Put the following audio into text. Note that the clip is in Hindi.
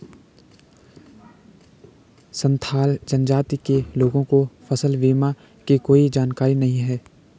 संथाल जनजाति के लोगों को फसल बीमा की कोई जानकारी नहीं है